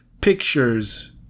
pictures